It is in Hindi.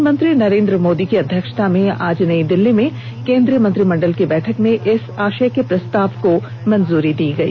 प्रधानमंत्री नरेंद्र मोदी की अध्यक्षता में आज नई दिल्ली में केंद्रीय मंत्रिमंडल की बैठक में इस आषय के प्रस्ताव को मंजूरी प्रदान की गई